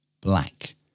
black